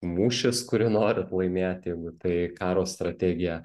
mūšis kurį norit laimėti jeigu tai karo strategija